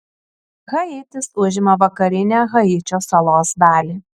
haitis užima vakarinę haičio salos dalį